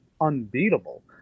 unbeatable